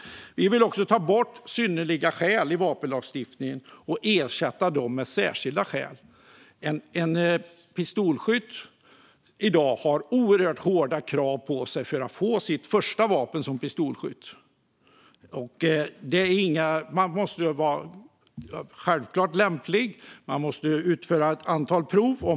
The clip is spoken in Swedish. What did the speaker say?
Vi vill också ta bort synnerliga skäl i vapenlagstiftningen och ersätta dem med särskilda skäl. En pistolskytt har i dag oerhört hårda krav på sig för att få sitt första vapen. Självklart måste man vara lämplig, och man måste utföra ett antal prov.